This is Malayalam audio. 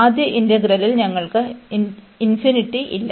ആദ്യ ഇന്റഗ്രലിൽ ഞങ്ങൾക്ക് ഇല്ല